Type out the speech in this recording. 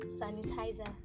sanitizer